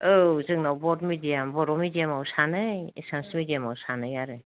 औ जोंनाव बर' मिडियामाव सानै एसामिस मिडियामाव सानै आरो